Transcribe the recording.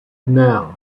now